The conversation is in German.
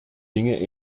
dinge